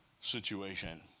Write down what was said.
situation